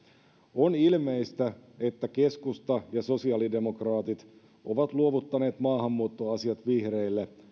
on ilmeistä että keskusta ja sosiaalidemokraatit ovat luovuttaneet maahanmuuttoasiat vihreille